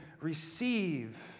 receive